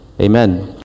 Amen